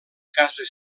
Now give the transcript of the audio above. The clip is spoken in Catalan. casa